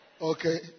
okay